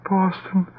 Boston